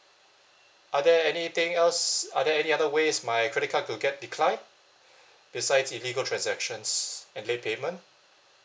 are there anything else are there any other ways my credit card could get declined besides illegal transactions and late payment